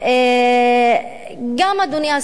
אדוני השר,